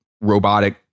robotic